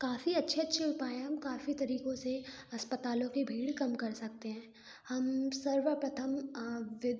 काफ़ी अच्छे अच्छे उपाय हम काफ़ी तरीकों से अस्पतालों की भीड़ कम कर सकते हैं हम सर्वप्रथम